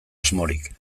asmorik